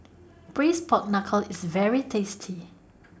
Braised Pork Knuckle IS very tasty